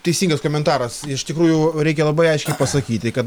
teisingas komentaras iš tikrųjų reikia labai aiškiai pasakyti kad